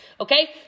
Okay